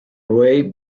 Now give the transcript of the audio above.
away